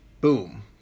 Boom